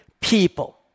people